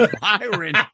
byron